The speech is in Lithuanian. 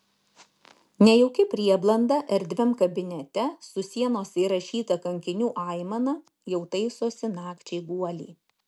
nejauki prieblanda erdviam kabinete su sienose įrašyta kankinių aimana jau taisosi nakčiai guolį